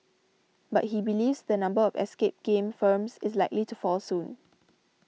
but he believes the number of escape game firms is likely to fall soon